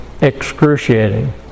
excruciating